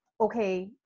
okay